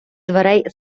дверей